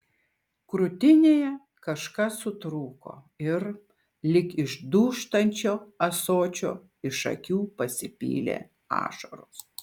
krūtinėje kažkas sutrūko ir lyg iš dūžtančio ąsočio iš akių pasipylė ašaros